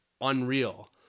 unreal